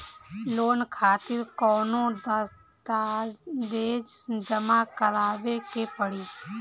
Loan खातिर कौनो दस्तावेज जमा करावे के पड़ी?